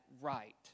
right